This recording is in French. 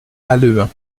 halluin